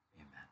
Amen